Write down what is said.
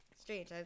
strange